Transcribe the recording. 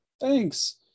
thanks